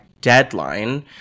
Deadline